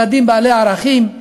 ילדים בעלי ערכים,